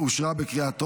הצבעה.